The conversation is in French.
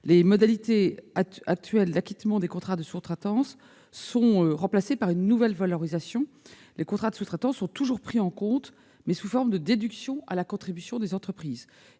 Les modalités actuelles d'acquittement des contrats de sous-traitance sont remplacées par une nouvelle valorisation : ces contrats seront toujours pris en compte, mais sous forme de déduction à la contribution des entreprises.